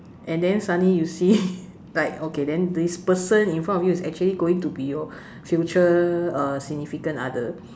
and then suddenly you see like okay then this person in front of you is actually going to be your future uh significant other